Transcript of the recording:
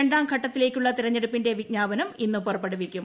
രണ്ടാം ഘട്ടത്തിലേക്കുളള തിരഞ്ഞെടുപ്പിന്റെ വിജ്ഞാപനം ഇന്ന് പുറപ്പെടുവിക്കും